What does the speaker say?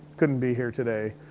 couldn't be here today.